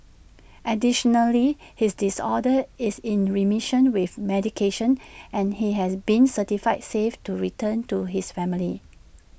additionally his disorder is in remission with medication and he has been certified safe to returned to his family